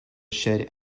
shed